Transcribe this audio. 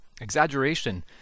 Exaggeration